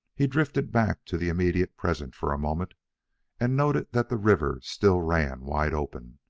he drifted back to the immediate present for a moment and noted that the river still ran wide open,